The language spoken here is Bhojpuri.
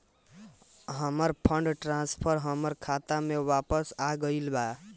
हमर फंड ट्रांसफर हमर खाता में वापस आ गईल बा